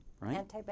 right